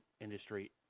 industry